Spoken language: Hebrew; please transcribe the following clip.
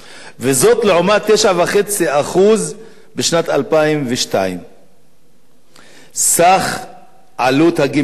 וזאת לעומת 9.5% בשנת 2002. סך עלות הגמלאות